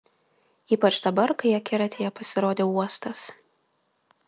ypač dabar kai akiratyje pasirodė uostas